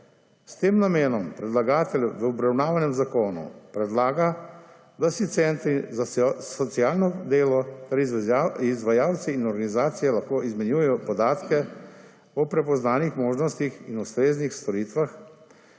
S tem namenom predlagatelj v obravnavanem zakonu predlaga, da si centri za socialno delo, torej izvajalci in organizacije, lahko izmenjujejo podatke o prepoznanih možnostih in ustreznih storitvah,